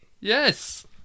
Yes